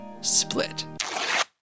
split